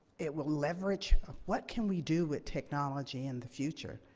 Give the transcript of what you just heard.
it will leverage what can we do with technology in the future.